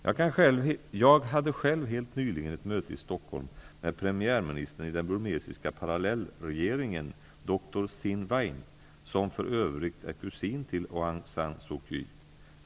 Jag hade själv helt nyligen ett möte i Stockholm med premiärministern i den burmesiska parallellregeringen, Dr Sin Wein, som för övrigt är kusin till Aung San Suu Kyi.